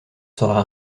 sera